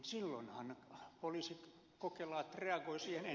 silloinhan poliisikokelaat reagoivat siihen